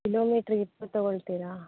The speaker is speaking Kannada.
ಕಿಲೋಮೀಟ್ರಿಗೆ ಇಪ್ಪತ್ತು ತಗೊಳ್ತೀರಾ